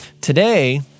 Today